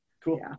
Cool